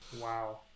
Wow